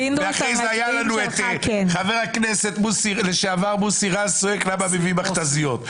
ואחרי זה היה לנו את חבר הכנסת לשעבר מוסי רז צועק: למה מביאים מכתזיות?